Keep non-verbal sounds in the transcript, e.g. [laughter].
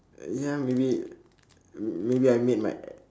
ya maybe maybe I made my [noise]